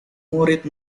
murid